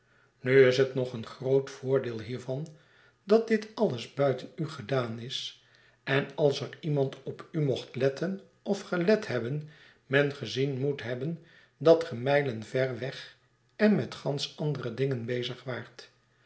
nu is het nog een groot voordeel hiervan dat dit alles buiten u gedaan is en als er iemand op u mocht letteri of gelet hebben men gezien moet hebben dat ge mijlen ver weg en met ganschandere dingen bezig waart